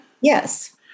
Yes